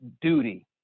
duty